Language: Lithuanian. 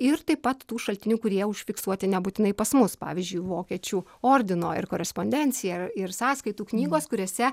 ir taip pat tų šaltinių kurie užfiksuoti nebūtinai pas mus pavyzdžiui vokiečių ordino ir korespondencija ir ir sąskaitų knygos kuriose